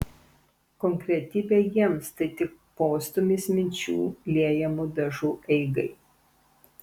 konkretybė jiems tai tik postūmis minčių liejamų dažų eigai